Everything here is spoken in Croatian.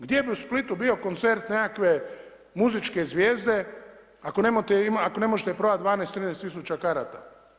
Gdje bi u Splitu bio koncert nekakve muzičke zvijezde ako ne možete prodat 12, 13 tisuća karata?